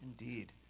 Indeed